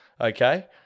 okay